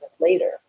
later